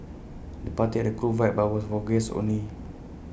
the party had A cool vibe but was for guests only